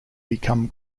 become